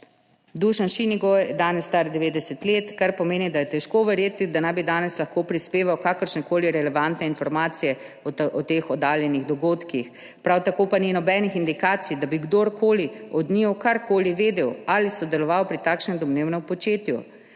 Dušan Šinigoj je danes star 90 let, kar pomeni, da je težko verjeti, da naj bi danes lahko prispeval kakršnekoli relevantne informacije o teh oddaljenih dogodkih. Prav tako pa ni nobenih indikacij, da bi kdorkoli od njiju karkoli vedel ali sodeloval pri takšnem domnevnem početju.